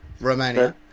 Romania